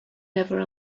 never